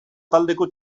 taldeko